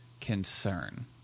concern